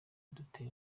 dutera